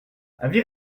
avis